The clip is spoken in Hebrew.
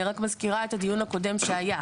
אני רק מזכירה את הדיון הקודם שהיה.